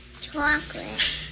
Chocolate